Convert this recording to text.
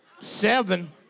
seven